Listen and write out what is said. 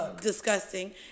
disgusting